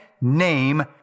name